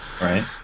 Right